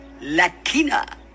Latina